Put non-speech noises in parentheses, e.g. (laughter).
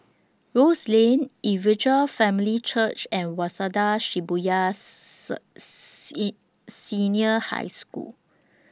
Rose Lane Evangel Family Church and Waseda Shibuya Sir (unintelligible) Senior High School